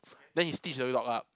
then she stitch the dead dog up